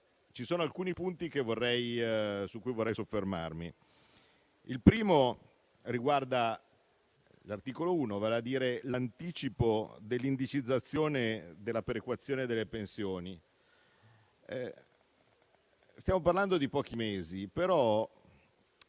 Ci sono alcuni punti su cui vorrei soffermarmi. Il primo riguarda l'articolo 1, vale a dire l'anticipo dell'indicizzazione della perequazione delle pensioni. Stiamo parlando di pochi mesi, però